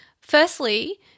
firstly